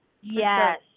Yes